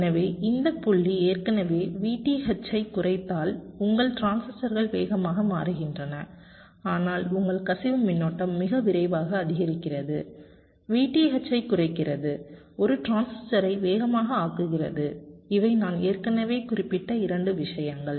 எனவே இந்த புள்ளி ஏற்கனவே VTH ஐக் குறைத்தால் உங்கள் டிரான்சிஸ்டர்கள் வேகமாக மாறுகின்றன ஆனால் உங்கள் கசிவு மின்னோட்டம் மிக விரைவாக அதிகரிக்கிறது VTH ஐக் குறைக்கிறது ஒரு டிரான்சிஸ்டரை வேகமாக ஆக்குகிறது இவை நான் ஏற்கனவே குறிப்பிட்ட இரண்டு விஷயங்கள்